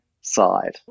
side